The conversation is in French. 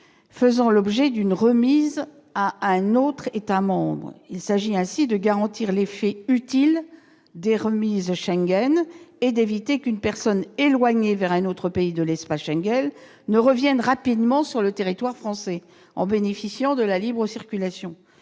faisant l'objet d'une remise à un autre État membre. Il s'agit ainsi de garantir l'effet utile des « remises Schengen » et d'éviter qu'une personne éloignée vers un autre pays de l'espace Schengen ne revienne rapidement sur le territoire français, en bénéficiant de la libre circulation.